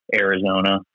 Arizona